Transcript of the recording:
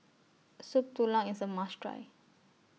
Soup Tulang IS A must Try